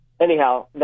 Anyhow